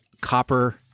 copper